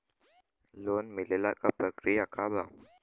Loan मिलेला के प्रक्रिया का बा?